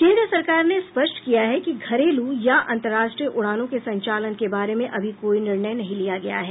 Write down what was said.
केन्द्र सरकार ने स्पष्ट किया है कि घरेलू या अंतरराष्ट्रीय उड़ानों के संचालन के बारे में अभी कोई निर्णय नहीं लिया गया है